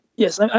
Yes